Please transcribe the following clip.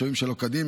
שוהים שלא כדין,